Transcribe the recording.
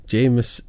James